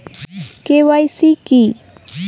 KYC কী?